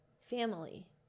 family